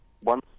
one